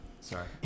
Sorry